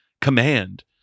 command